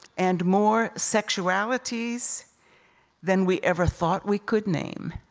and more sexualities than we ever thought we could name.